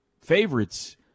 favorites